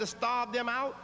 to stop them out